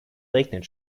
regnet